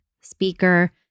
speaker